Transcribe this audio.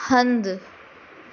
हंधु